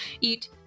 eat